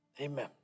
amen